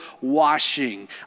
washing